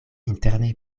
interne